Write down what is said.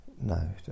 no